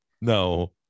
No